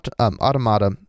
automata